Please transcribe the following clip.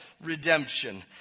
redemption